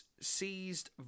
seized